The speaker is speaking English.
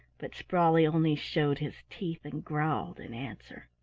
but sprawley only showed his teeth and growled in answer.